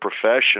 profession